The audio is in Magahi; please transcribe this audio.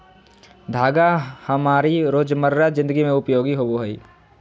धागा हमारी रोजमर्रा जिंदगी में उपयोगी होबो हइ